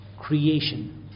Creation